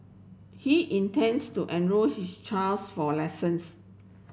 he intends to enrol his child for lessons